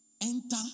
Enter